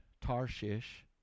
Tarshish